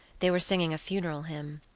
they were singing a funeral hymn.